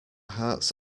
hearts